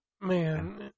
Man